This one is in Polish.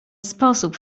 sposób